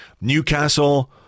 Newcastle